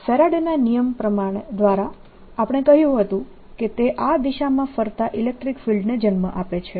ફેરાડેના નિયમ દ્વારા આપણે કહ્યું હતું કે તે આ દિશામાં ફરતાં ઇલેક્ટ્રીક ફિલ્ડને જન્મ આપે છે